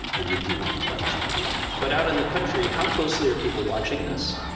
and then he won the election yeah but out in the country, how closely are people watching this?